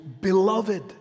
beloved